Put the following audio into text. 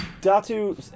Datu